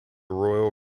royal